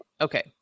okay